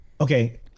Okay